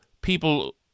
people